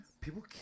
People